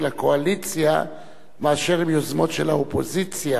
הקואליציה מאשר עם יוזמות של האופוזיציה,